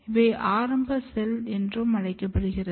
இவை ஆரம்ப நிலை செல் என்றும் அழைக்கப்படுகிறது